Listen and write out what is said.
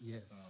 Yes